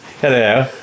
Hello